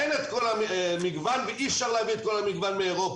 אין את כל המגוון ואי אפשר להביא את כל המגוון מאירופה.